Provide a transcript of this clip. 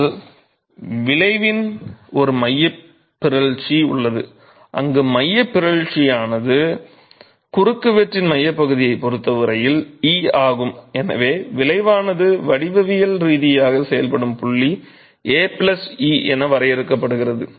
நிச்சயமாக இப்போது குறுக்குவெட்டைப் பொறுத்தவரையில் விளைவின் ஒரு மையப் பிறழ்ச்சி உள்ளது அங்கு மையப் பிறழ்ச்சியானது குறுக்குவெட்டின் மையப்பகுதியைப் பொறுத்தவரையில் e ஆகும் எனவே விளைவானது வடிவியல் ரீதியாக செயல்படும் புள்ளி ae என வரையறுக்கப்படுகிறது